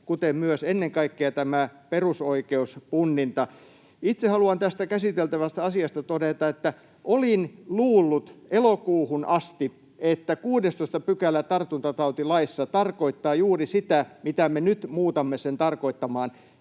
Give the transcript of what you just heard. kuten myös ennen kaikkea tämä perusoikeuspunninta. Itse haluan tästä käsiteltävästä asiasta todeta, että olin luullut elokuuhun asti, että 16 § tartuntatautilaissa tarkoittaa juuri sitä, mitä me nyt muutamme sen tarkoittamaan,